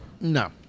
No